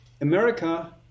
America